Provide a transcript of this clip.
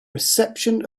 reception